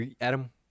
adam